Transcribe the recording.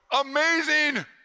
amazing